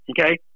Okay